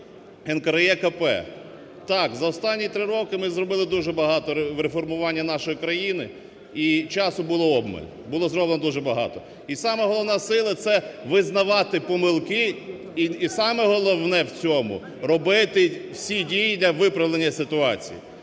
НКРЕКП. Так, за останні 3 роки ми зробили дуже багато в реформуванні нашої країни і часу було обмаль, а було зроблено дуже багато. І сама головна сила – це визнавати помилки і саме головне в цьому робити всі дії для виправлення ситуації.